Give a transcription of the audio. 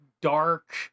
dark